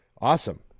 awesome